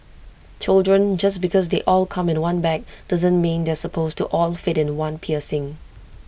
children just because they all come in one bag doesn't mean they are supposed to all fit in one piercing